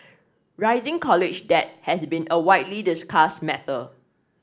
rising college debt has been a widely discussed matter